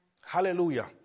Hallelujah